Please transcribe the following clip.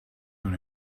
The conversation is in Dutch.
hun